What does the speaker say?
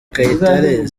kayitare